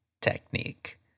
technique